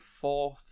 fourth